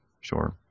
sure